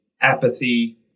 apathy